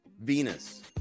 venus